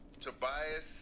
Tobias